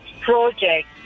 Project